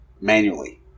manually